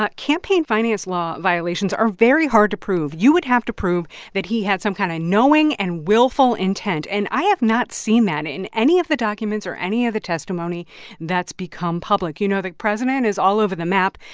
campaign finance law violations are very hard to prove. you would have to prove that he had some kind of knowing and willful intent. and i have not seen that in any of the documents or any of the testimony that's become public. you know, the president is all over the map.